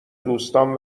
دوستام